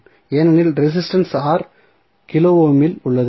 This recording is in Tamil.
ஏனெனில் ரெசிஸ்டன்ஸ் R கிலோ ஓமில் உள்ளது